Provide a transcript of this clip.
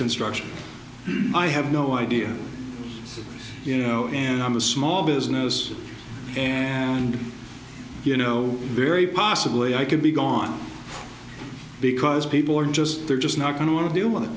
construction i have no idea you know and i'm a small business and you know very possibly i could be gone because people are just they're just not going to want to deal with it